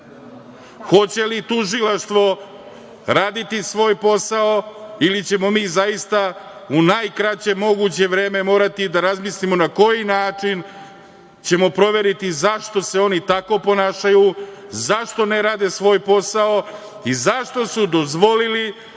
Hoće li tužilaštvo raditi svoj posao ili ćemo mi zaista u najkraće moguće vreme morati da razmislimo na koji način ćemo proveriti zašto se oni tako ponašaju, zašto ne rade svoj posao i zašto su dozvolili